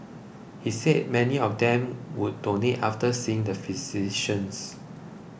he said many of them would donate after seeing the physicians